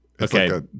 Okay